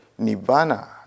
Nibbana